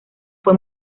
fue